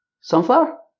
sunflower